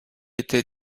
était